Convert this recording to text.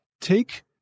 take